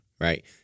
right